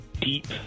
deep